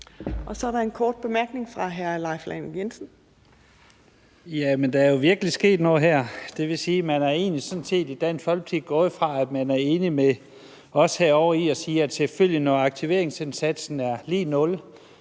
Så er der en kort bemærkning fra hr. Leif Lahn Jensen. Kl. 15:08 Leif Lahn Jensen (S): Der er jo virkelig sket noget her. Det vil sådan set sige, at man i Dansk Folkeparti er gået fra at være enige med os herovre i at sige, at det, når aktiveringsindsatsen er lig nul,